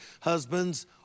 Husbands